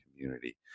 community